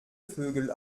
vögel